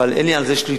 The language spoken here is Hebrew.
אבל אין לי על זה שליטה.